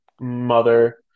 mother